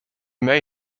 may